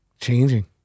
changing